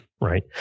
right